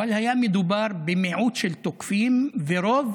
אבל היה מדובר במיעוט של תוקפים, ורוב